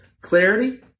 clarity